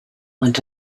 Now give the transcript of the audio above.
went